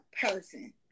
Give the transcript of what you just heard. person